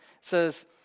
says